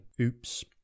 Oops